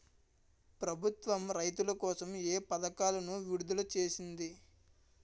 ప్రభుత్వం రైతుల కోసం ఏ పథకాలను విడుదల చేసింది?